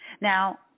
Now